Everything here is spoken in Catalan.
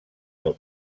del